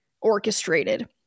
orchestrated